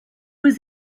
was